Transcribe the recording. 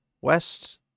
west